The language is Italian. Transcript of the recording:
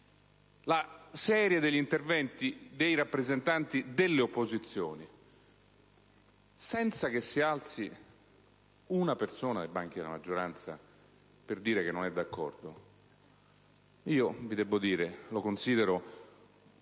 una serie di interventi dei rappresentanti delle opposizioni senza che si alzi una persona dai banchi della maggioranza per dire che non è d'accordo debbo dire che lo considero